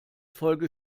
folge